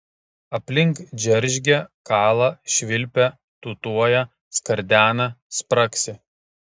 aplink džeržgia kala švilpia tūtuoja skardena spragsi